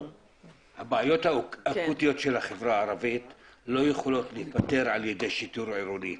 הבעיות האקוטיות של החברה הערבית לא יכולות להיפתר על ידי שיטור עירוני.